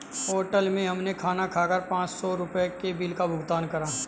hotel में हमने खाना खाकर पाँच सौ रुपयों के बिल का भुगतान करा